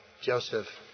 Joseph